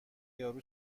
یارو